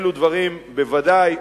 אלו דברים, בוודאי,